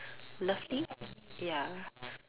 lovely ya